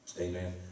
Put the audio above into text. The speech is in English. Amen